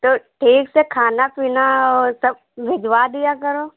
तो ठीक से खाना पीना और सब भिजवा दिया करो